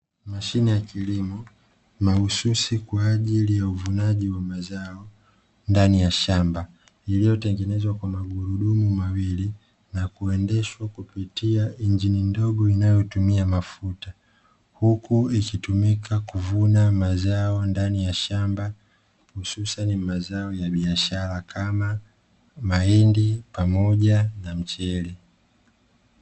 Mashine ya kilimo mahususi kwa ajili ya uvunaji wa mazao ndani ya shamba, iliyotengenezwa kwa magurudumu mawili na kuendeshwa kupitia injini ndogo inayotumia mafuta, huku ikitumika kuvuna mazao ndani ya shamba hususani mazao ya biashara kama mahindi pamoja na mchele.